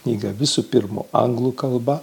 knyga visų pirma anglų kalba